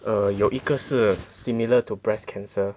err 有一个是 similar to breast cancer